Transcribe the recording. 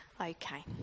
Okay